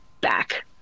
back